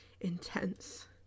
intense